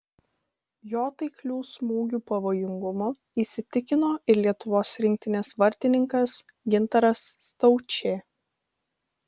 jo taiklių smūgių pavojingumu įsitikino ir lietuvos rinktinės vartininkas gintaras staučė